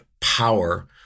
power